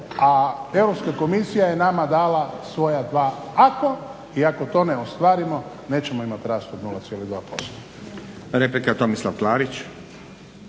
a Europska komisija je nama dala svoja dva ako i ako to ne ostvarimo nećemo imati rast od 0,2%.